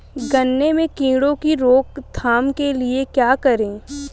गन्ने में कीड़ों की रोक थाम के लिये क्या करें?